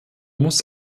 muss